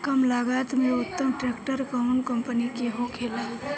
कम लागत में उत्तम ट्रैक्टर कउन कम्पनी के होखेला?